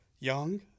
Young